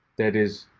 that is